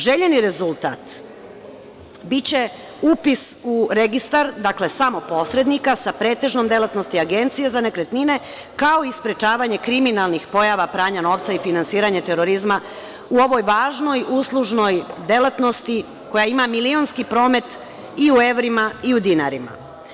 Željeni rezultat biće upis u registar, dakle, samo posrednika sa pretežnom delatnosti agencije za nekretnine, kao i sprečavanje kriminalnih pojava pranja novca i finansiranja terorizma u ovoj važnoj uslužnoj delatnosti koja ima milionski promet i u evrima i u dinarima.